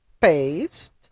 Paste